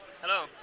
Hello